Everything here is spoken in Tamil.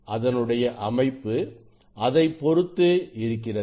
அதனுடைய அமைப்பு அதைப் பொறுத்து இருக்கிறது